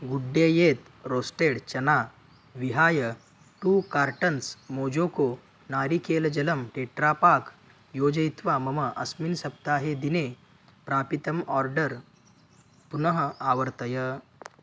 गुड्डेयेत् roasted chana विहाय two cartons मोजोको नारिकेलजलं टेट्रा पाक् योजयित्वा मम अस्मिन् सप्ताहे दिने प्रापितम् आर्डर् पुनः आवर्तय